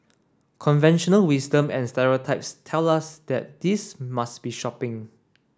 conventional wisdom and stereotypes tell us that this must be shopping